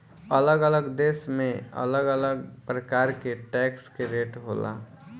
अलग अलग देश में अलग अलग प्रकार के टैक्स के रेट होला